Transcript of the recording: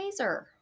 taser